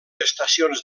estacions